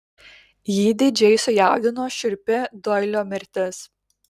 jį didžiai sujaudino šiurpi doilio mirtis